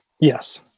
Yes